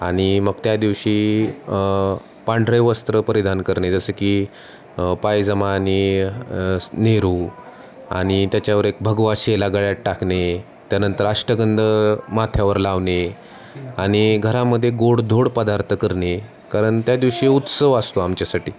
आणि मग त्या दिवशी पांढरे वस्त्र परिधान करने जसं की पायजमा आणि नेहरू आणि त्याच्यावर एक भगवा शेला गळ्यात टाकणे त्यानंतर अष्टगंध माथ्यावर लावणे आणि घरामध्ये गोडधोड पदार्थ करणे कारण त्या दिवशी उत्सव असतो आमच्यासाठी